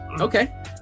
Okay